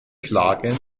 klagen